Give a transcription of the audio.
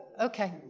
Okay